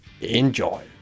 Enjoy